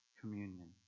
communion